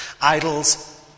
Idols